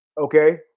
Okay